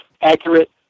accurate